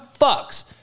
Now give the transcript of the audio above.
fucks